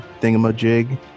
thingamajig